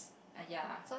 !aiya!